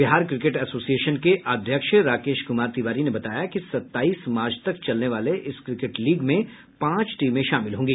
Bihar cricket association के अध्यक्ष राकेश कुमार तिवारी ने बताया कि सत्ताईस मार्च तक चलने वाले इस क्रिकेट लीग में पांच टीमें शामिल होंगी